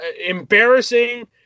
Embarrassing